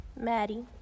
Maddie